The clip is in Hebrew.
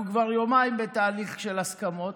אנחנו כבר יומיים בתהליך של הסכמות.